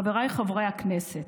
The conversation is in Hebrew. חבריי חברי הכנסת,